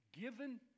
Given